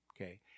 okay